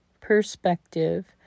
perspective